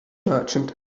merchant